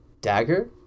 dagger